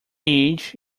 age